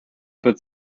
but